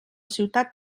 ciutat